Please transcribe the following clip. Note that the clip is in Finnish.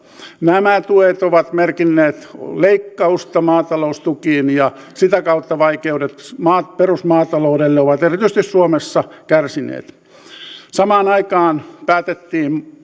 nämä tuet ovat merkinneet leikkausta maata loustukiin ja sitä kautta vaikeudet perusmaataloudelle ovat erityisesti suomessa lisääntyneet samaan aikaan päätettiin